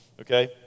Okay